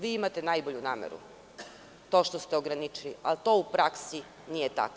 Vi imate najbolju nameru, to što ste ograničili, ali to u praksi nije tako.